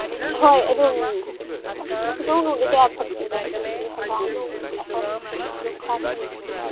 ꯍꯣꯏ ꯑꯗꯨꯝ ꯑꯁ ꯇꯤꯜꯍꯧ ꯅꯨꯡꯗꯤ ꯀꯌꯥ ꯐꯠꯇꯦ ꯍꯟꯗꯛꯇꯤ ꯍꯪꯒꯥꯝ ꯅꯨꯡ ꯑꯗꯨꯝ ꯈꯔ ꯐꯩ